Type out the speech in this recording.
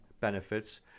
benefits